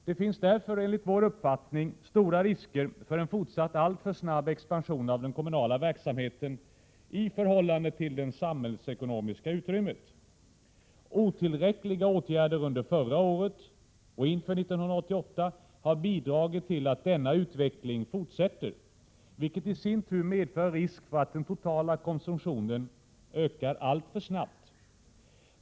Det finns därför enligt vår uppfattning stora risker för en fortsatt alltför snabb expansion av den kommunala verksamheten i förhållande till det samhällsekonomiska utrymmet. Otillräckliga åtgärder under förra året och inför 1988 har bidragit till att denna utveckling fortsätter, vilket i sin tur medför risk för att den totala konsumtionen ökar alltför snabbt.